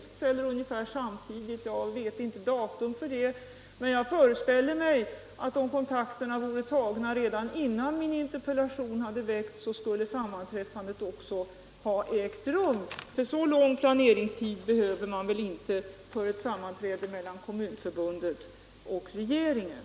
Det skedde kanske ungefär samtidigt, jag känner inte till exakt datum. Men jag föreställer mig att om kontakterna tagits redan före min interpellation skulle sammanträffandet också ha ägt rum — längre planeringstid behöver man väl inte för ett sammanträde mellan Kommunförbundet och regeringen.